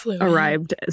arrived